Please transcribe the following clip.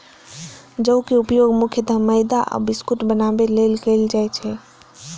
जौ के उपयोग मुख्यतः मैदा आ बिस्कुट बनाबै लेल कैल जाइ छै